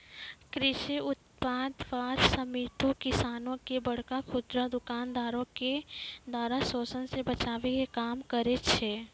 कृषि उत्पाद बार समिति किसानो के बड़का खुदरा दुकानदारो के द्वारा शोषन से बचाबै के काम करै छै